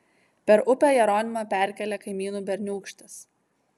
per upę jeronimą perkėlė kaimynų berniūkštis